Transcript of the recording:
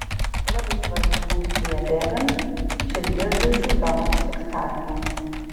labai svarbi funkcija bėgant širdies dūžių zonos fiksavimas